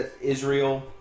Israel